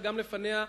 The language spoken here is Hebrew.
וגם לפניה,